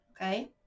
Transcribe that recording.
okay